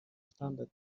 standard